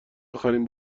اخرین